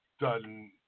done